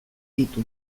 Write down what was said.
ditu